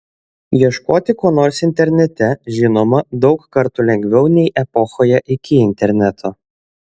ieškoti ko nors internete žinoma daug kartų lengviau nei epochoje iki interneto